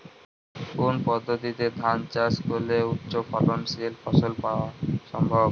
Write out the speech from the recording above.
কোন পদ্ধতিতে ধান চাষ করলে উচ্চফলনশীল ফসল পাওয়া সম্ভব?